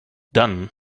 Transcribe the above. dann